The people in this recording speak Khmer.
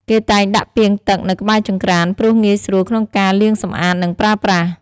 គេតែងដាក់ពាងទឹកនៅក្បែរចង្ក្រាន ព្រោះងាយស្រួលក្នុងការលាងសម្អាត និងប្រើប្រាស់។